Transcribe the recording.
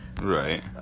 Right